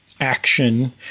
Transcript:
action